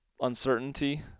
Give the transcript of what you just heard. uncertainty